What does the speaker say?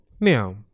Now